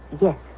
Yes